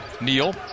Neal